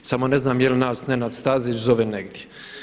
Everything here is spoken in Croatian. Samo ne znam je li nas Nenad Stazić zove negdje.